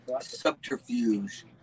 subterfuge